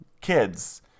kids